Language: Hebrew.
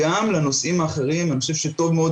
רק לשם ההבנה מתעסק בהתמכרויות מאוד